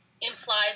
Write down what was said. implies